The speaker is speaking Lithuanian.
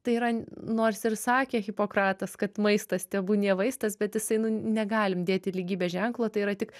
tai yra nors ir sakė hipokratas kad maistas tebūnie vaistas bet jisai nu negalim dėti lygybės ženklo tai yra tik